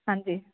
ਹਾਂਜੀ